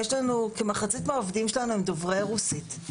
כמחצית מהעובדים שלנו הם דוברי רוסית,